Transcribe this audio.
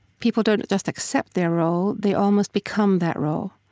people don't just accept their role, they almost become that role.